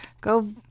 Go